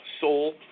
soul